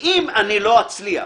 ואם אני לא אצליח